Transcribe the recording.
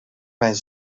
mijn